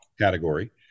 category